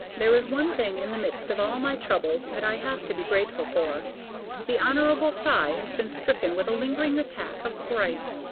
there is one thing in the midst of all my troubles that i have to be grateful for the hon. cy has been stricken with a lingering attack of grippe.